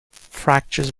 fractures